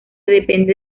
depende